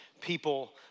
people